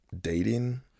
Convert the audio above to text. dating